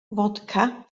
fodca